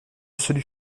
celui